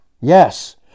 Yes